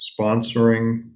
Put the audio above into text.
sponsoring